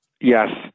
Yes